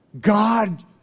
God